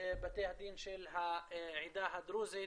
של העדה הדרוזית